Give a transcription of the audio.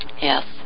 yes